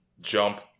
jump